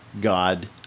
god